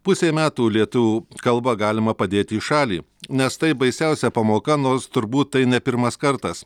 pusę metų lietuvių kalbą galima padėti į šalį nes tai baisiausia pamoka nors turbūt tai ne pirmas kartas